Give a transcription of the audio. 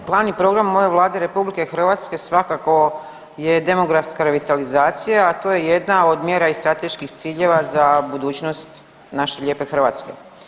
Plan i program u mojoj Vladi RH svakako je demografska revitalizacija, a to je jedna od mjera i strateških ciljeva za budućnost naše lijepe Hrvatske.